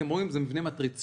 אתם רואים שזה מבנה מטריציוני,